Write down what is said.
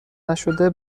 نشده